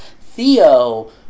Theo